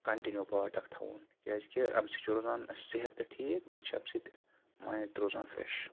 continue part اکھ تھاوُن کیٛازِکہِ اَمہِ سۭتۍ چھُ روزان اسہِ صحت تہِ ٹھیٖک بیٚیہِ چھُ اَمہِ سۭتۍ مایِنٛڈ تہِ روزان فرٛیٚش